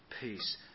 peace